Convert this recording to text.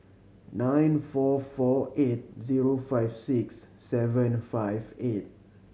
nine four four eight zero five six seven five eight